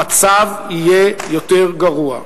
המצב יהיה יותר גרוע.